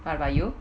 what about you